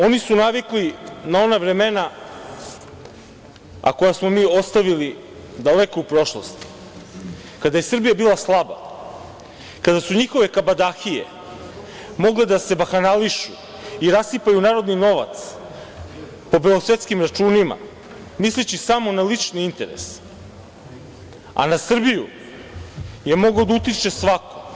Oni su navikli na ona vremena, a koja smo mi ostavili daleko u prošlosti kada je Srbija bila slaba, kada su njihove kabadahije mogle da se bahanališu i rasipaju narodni novac po belosvetskim računima misleći samo na lični interes, a na Srbiju je mogao da utiče svako.